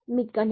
மிக்க நன்றி